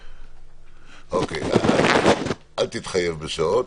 --- אל תתחייב לשעות.